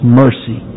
mercy